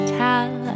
tell